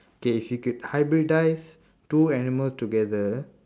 okay if you could hybridise two animals together